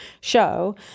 show